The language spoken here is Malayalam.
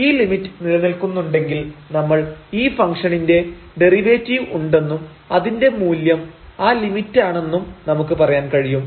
ഈ ലിമിറ്റ് നിലനിൽക്കുന്നുണ്ടെങ്കിൽ നമ്മൾ ഈ ഫംഗ്ഷണിന് ഡെറിവേറ്റീവ് ഉണ്ടെന്നും അതിൻറെ മൂല്യം ആ ലിമിറ്റാണെന്നും നമുക്ക് പറയാൻ കഴിയും